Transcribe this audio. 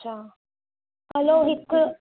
अछा हलो हिकु